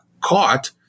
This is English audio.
caught